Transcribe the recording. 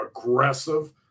aggressive